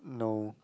no